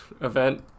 event